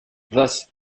thus